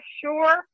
sure